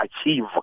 achieve